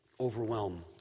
overwhelm